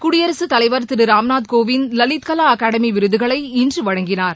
குடியரசுத் தலைவர் திரு ராம்நாத் கோவிந்த் லலித்கலா அகாடமி விருதுகளை இன்று வழங்கினார்